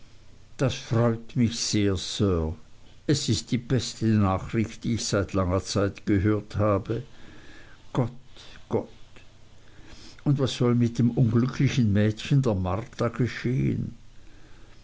das freut mich sehr sir es ist die beste nachricht die ich seit langer langer zeit gehört habe gott gott und was soll mit dem unglücklichen mädchen der marta geschehen